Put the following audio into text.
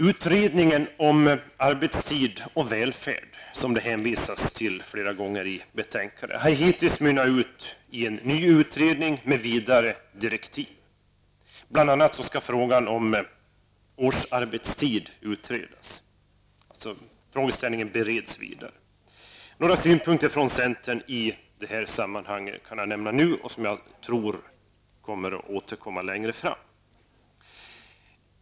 Utredningen om arbetstid och välfärd, som det flera gånger hänvisas till i betänkandet, har hittills mynnat ut i en ny utredning med vidare direktiv. Bl.a. skall frågan om årsarbetstid utredas. Frågeställningen bereds vidare. Jag kan nu nämna några av de synpunkter som centern har i det här sammanhanget. Jag tror att de kommer att återkomma längre fram.